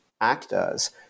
actors